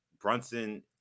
Brunson